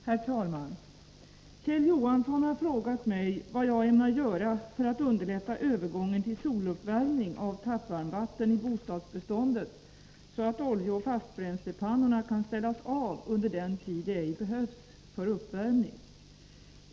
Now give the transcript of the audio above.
Herr talman! Kjell Johansson har frågat mig vad jag ämnar göra för att underlätta övergången till soluppvärmning av tappvarmvatten i bostadsbeståndet så att oljeoch fastbränslepannorna kan ställas av under den tid de ej behövs för uppvärmning.